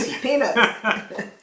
peanuts